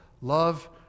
Love